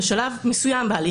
לשלב מסוים בהליך,